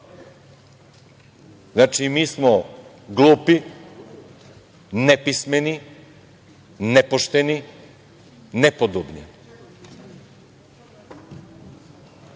Znači, mi smo glupi, nepismeni, nepošteni, nepodobni. Već